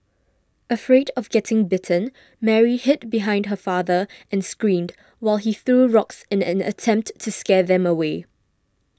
afraid of getting bitten Mary hid behind her father and screamed while he threw rocks in an attempt to scare them away